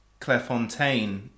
Clairefontaine